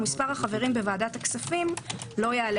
ומספר החברים בוועדת הכספים לא יעלה